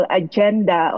agenda